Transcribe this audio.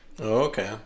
okay